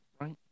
right